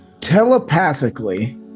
Telepathically